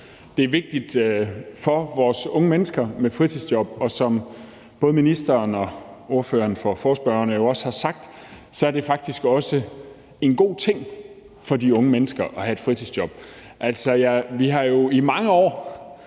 Det er vigtigt for vores unge mennesker med et fritidsjob, og som både ministeren og ordføreren for forespørgerne også sagt, er det faktisk også en god ting for de unge mennesker at have et fritidsjob. Vi har jo i mange år